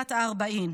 קריית ארבע in.